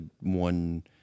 one